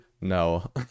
no